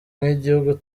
nk’igihugu